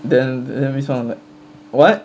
then then miss mak was like [what]